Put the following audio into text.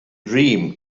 dream